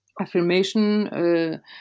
affirmation